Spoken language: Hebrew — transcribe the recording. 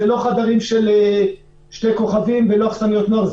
זה לא חדרים של שני כוכבים ולא אכסניות נוער,